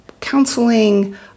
counseling